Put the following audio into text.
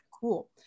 cool